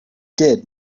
did